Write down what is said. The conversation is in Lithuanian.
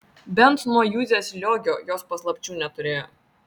bent nuo juzės liogio jos paslapčių neturėjo